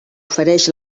ofereix